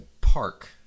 Park